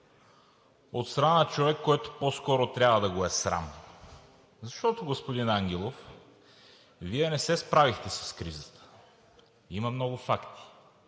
от страна на човек, който по-скоро трябва да го е срам, защото, господин Ангелов, Вие не се справихте с кризата – има много факти,